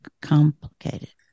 complicated